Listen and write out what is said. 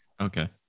Okay